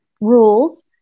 rules